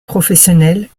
professionnelle